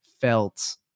felt